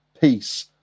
peace